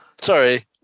Sorry